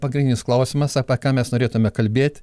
pagrindinis klausimas apie ką mes norėtumėme kalbėt